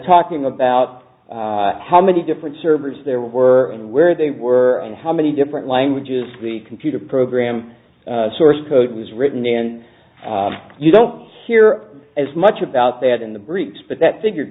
talking about how many different servers there were and where they were and how many different languages the computer program source code was written and you don't hear as much about that in the